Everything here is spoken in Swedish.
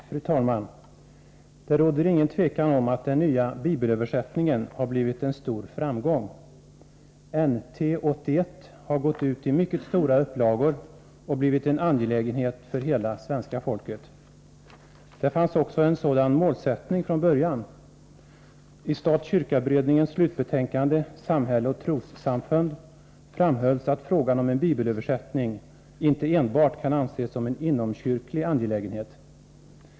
Fru talman! Det råder ingen tvekan om att den nya bibelöversättningen har blivit en stor framgång. NT 81 har gått ut i mycket stora upplagor och blivit en angelägenhet för hela svenska folket. Det fanns också en sådan målsättning från början. I stat-kyrka-beredningens slutbetänkande Samhälle och trossamfund framhölls att frågan om en bibelöversättning inte enbart kan anses som en inomkyrklig angelägenhet.